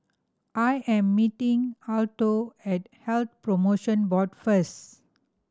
I am meeting Alto at Health Promotion Board first